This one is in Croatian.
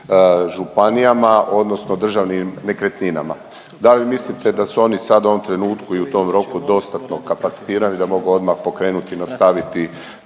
županijama odnosno državnim nekretninama. Da li vi mislite da su oni sad u ovom trenutku i u tom roku dostatno kapacitirani da mogu odmah pokrenuti, nastaviti